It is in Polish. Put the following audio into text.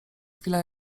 chwilę